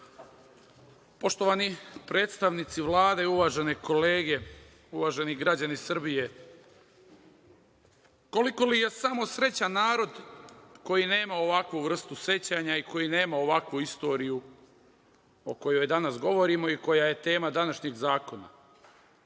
predstavnici Vlade, uvažene kolege, uvaženi građani Srbije, koliko li je samo srećan narod koji nema ovakvu vrstu sećanja i koji nema ovakvu istoriju o kojoj danas govorimo i koja je danas tema današnjeg zakona? Koliko